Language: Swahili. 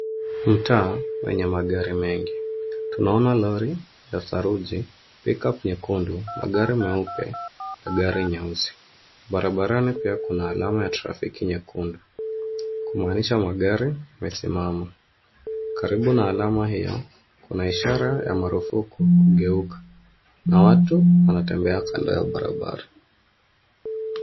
Mtaa wenye maagri mengi. Tunaona lori la saruji. pickup nyekundu ,magari meupe na gari nyeusi. Barabarani pia kuna alama ya trafiki nyekundu kumaanisha magari yamesimama. Karibu na alama hiyo kuna ishara ya marufuku ya kugeuka na watu wanatembea kando ya barabara.